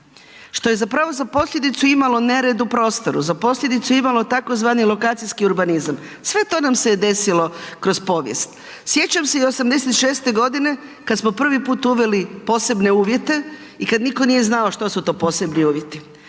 Što je zapravo za posljedicu imalo nered u prostoru, za posljedicu je imalo tzv. lokacijski urbanizam. Sve to nam se je desilo kroz povijest. Sjećam se i '86. g. kada smo prvi put uveli posebne uvjete i kada nitko nije znao što su to posebni uvjeti